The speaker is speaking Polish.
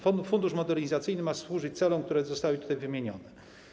Fundusz Modernizacyjny ma służyć celom, które zostały tutaj wymienione.